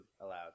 allowed